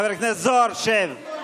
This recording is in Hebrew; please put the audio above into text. חבר הכנסת זוהר, שב.